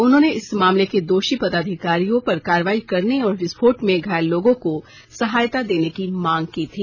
उन्होंने इस मामले के दोषी पदाधिकारियों पर कार्रवाई करने और विस्फोट में घायल लोगों को सहायता देने की मांग की थी